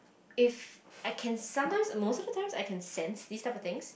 if I can sometimes most of the times I can sense these type of things